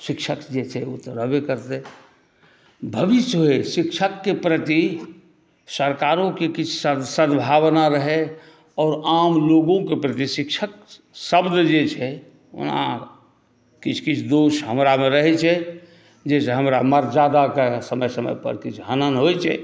शिक्षक जे छै ओ तऽ रहबे करतै भविष्यमे शिक्षकके प्रति सरकारोके किछु सद्भावना रहय आर आमलोगोक प्रति शिक्षक शब्द जे छै ओना किछु किछु दोष हमरामे रहै छै जाहिसॅं हमर मर्यादाक समय समय पर किछु हनन होइ छै